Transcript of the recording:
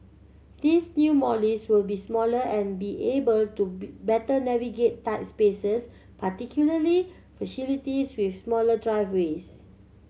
these new Mollies will be smaller and be able to be better navigate tight spaces particularly facilities with smaller driveways